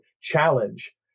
challenge